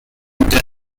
turn